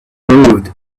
moved